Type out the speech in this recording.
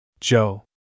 Joe